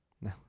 no